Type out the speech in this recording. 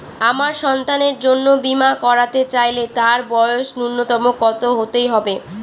আমার সন্তানের জন্য বীমা করাতে চাইলে তার বয়স ন্যুনতম কত হতেই হবে?